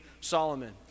Solomon